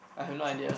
I have no idea